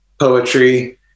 poetry